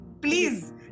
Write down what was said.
Please